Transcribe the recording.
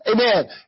Amen